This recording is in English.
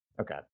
Okay